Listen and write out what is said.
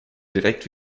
direkt